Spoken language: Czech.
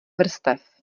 vrstev